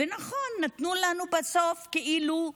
ונכון, נתנו לנו בסוף כאילו החרגות,